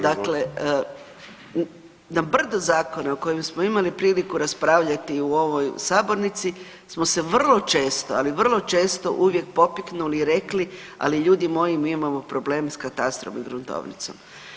Dakle, na brdo zakona o kojem smo imali priliku raspravljati u ovoj sabornici smo se vrlo često, ali vrlo često uvijek popiknuli i rekli, ali ljudi moji mi imamo problem s katastrom i gruntovnicom.